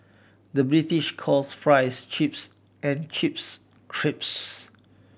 the British calls fries chips and chips crisps